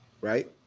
right